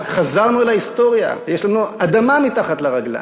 חזרנו להיסטוריה, יש לנו אדמה מתחת לרגליים.